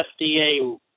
FDA